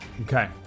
Okay